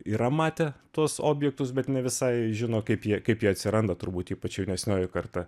yra matę tuos objektus bet ne visai žino kaip jie kaip jie atsiranda turbūt ypač jaunesnioji karta